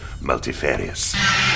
multifarious